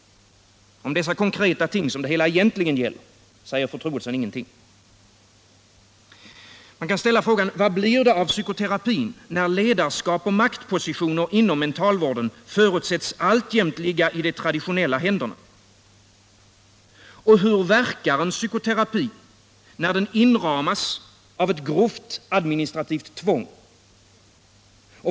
Om dessa konkreta ting, som det hela egentligen gäller, säger fru Troedsson ingenting. Man kan ställa frågan: Vad blir det av psykoterapin, när ledarskap och maktpositioner inom mentalvården förutsätts alltjämt ligga i de traditionella händerna? Hur verkar en psykoterapi, när den inramas av grovt administrativt tvång?